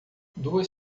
duas